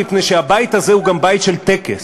מפני שהבית הזה הוא גם בית של טקס.